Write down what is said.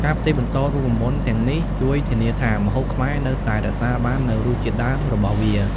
ការផ្ទេរបន្តរូបមន្តទាំងនេះជួយធានាថាម្ហូបខ្មែរនៅតែរក្សាបាននូវរសជាតិដើមរបស់វា។